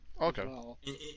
Okay